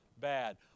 Bad